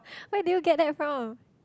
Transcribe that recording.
where did you get that from